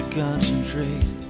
concentrate